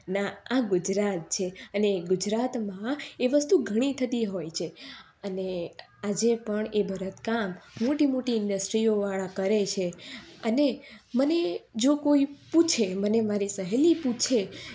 ના આ ગુજરાત છે અને ગુજરાતમાં એ વસ્તુ ઘણી થતી હોય છે અને આજે પણ એ ભરતકામ મોટી મોટી ઇન્ડસ્ટ્રીઓમાં કરે છે અને મને જો કોઈ પૂછે મને મારી સહેલી પૂછે